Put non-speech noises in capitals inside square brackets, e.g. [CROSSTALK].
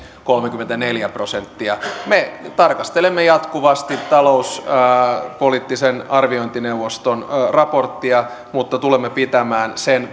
kolmekymmentäneljä prosenttia me tarkastelemme jatkuvasti talouspoliittisen arviointineuvoston raporttia mutta tulemme pitämään sen [UNINTELLIGIBLE]